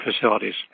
facilities